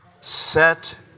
Set